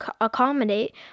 accommodate